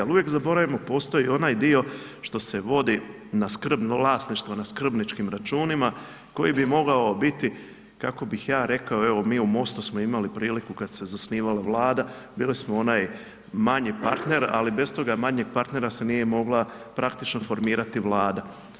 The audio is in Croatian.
Ali uvijek zaboravimo, postoji onaj dio što se vodi na skrbno vlasništvo, na skrbničkim računima koji bi mogao biti kako bih ja rekao evo mi u Mostu smo imali priliku kada se zasnivala Vlada bili smo onaj manji partner ali bez toga manjeg partnera se nije mogla praktično formirati Vlada.